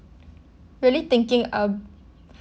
really thinking um